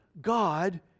God